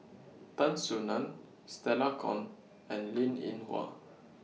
Tan Soo NAN Stella Kon and Linn in Hua